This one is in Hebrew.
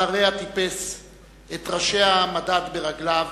על הריה טיפס, את טרשיה מדד ברגליו